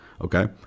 Okay